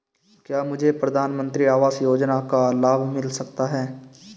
क्या मुझे प्रधानमंत्री आवास योजना का लाभ मिल सकता है?